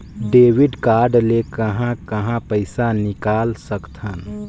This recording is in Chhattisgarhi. डेबिट कारड ले कहां कहां पइसा निकाल सकथन?